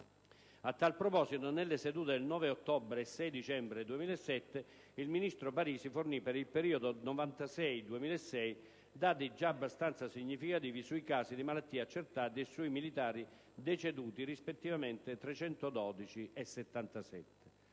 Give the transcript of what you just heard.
A tal proposito, nelle sedute del 9 ottobre e 6 dicembre 2007, il ministro Parisi fornì, per il periodo 1996-2006, dati già abbastanza significativi sui casi di malattia accertati e sui militari deceduti - rispettivamente 312 e 77